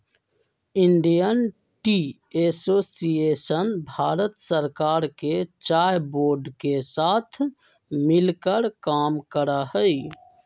Indian tea association Bharat सरकार के चाय बोर्ड के साथ मिलकर काम करा हई